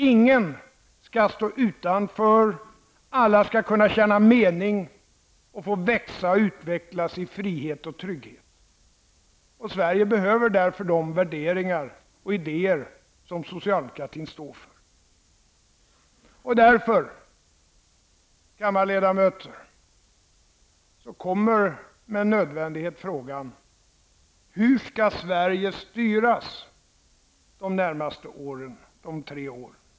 Ingen skall stå utanför, alla skall kunna känna mening, få växa och utvecklas i frihet och trygghet. Sverige behöver därför de värderingar och idéer som socialdemokratin står för. Därför, kammarledamöter, kommer med nödvändighet frågan: Hur skall Sverige styras de närmaste tre åren?